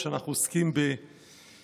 כשאנחנו עוסקים בחוק